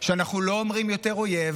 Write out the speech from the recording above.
שאנחנו לא אומרים יותר: אויב,